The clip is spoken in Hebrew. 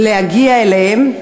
להגיע אליהם,